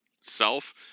self